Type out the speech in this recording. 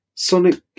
Sonic